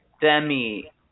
Demi